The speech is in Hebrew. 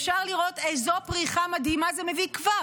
אפשר לראות איזו פריחה מדהימה זה מביא כבר,